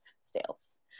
sales